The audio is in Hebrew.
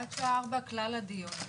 עד שעה 16:00 כלל הדיון.